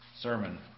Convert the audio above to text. sermon